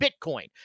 Bitcoin